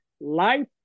life